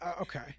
Okay